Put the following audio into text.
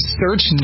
search